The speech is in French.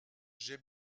j’ai